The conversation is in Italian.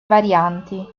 varianti